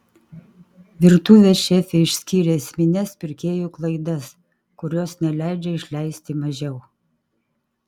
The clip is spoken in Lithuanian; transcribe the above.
virtuvės šefė išskyrė esmines pirkėjų klaidas kurios neleidžia išleisti mažiau